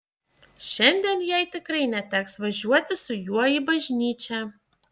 šiandien jai tikrai neteks važiuoti su juo į bažnyčią